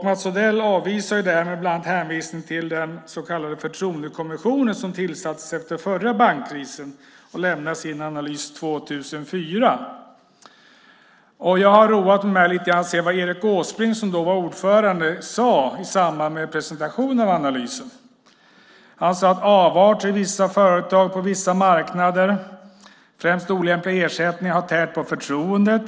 Mats Odell avvisar det bland annat med hänvisning till den så kallade Förtroendekommissionen som tillsattes efter den förra bankkrisen. Den lämnade sin analys 2004. Jag har roat mig med att se vad Erik Åsbrink som var ordförande sade i samband med presentationen av analysen. Han sade att avarter i vissa företag på vissa marknader, främst olämpliga ersättningar, har tärt på förtroendet.